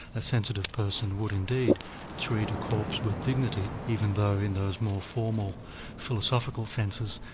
a sensitive person would indeed treat a corpse with dignity, even though in those more formal philosophical senses,